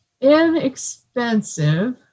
inexpensive